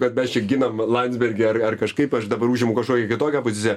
kad mes čia ginam landsbergį ar ar kažkaip aš dabar užimu kažkokią kitokią poziciją